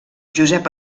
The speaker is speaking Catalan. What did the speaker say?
josep